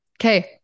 okay